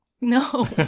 No